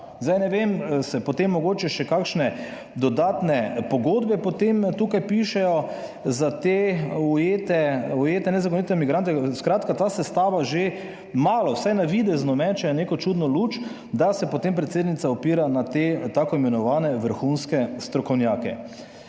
Zdaj ne vem, se potem mogoče še kakšne dodatne pogodbe potem tukaj pišejo za te ujete, ujete nezakonite migrante. Skratka, ta sestava že malo, vsaj navidezno meče neko čudno luč, da se potem predsednica opira na te tako imenovane vrhunske strokovnjake.